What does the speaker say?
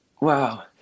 Wow